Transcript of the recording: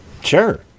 Sure